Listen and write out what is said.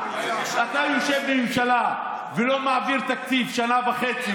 אתה יושב בממשלה ולא מעביר תקציב שנה וחצי